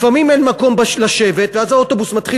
לפעמים אין מקום לשבת ואז האוטובוס מתחיל